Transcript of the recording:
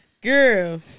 Girl